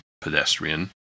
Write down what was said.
pedestrian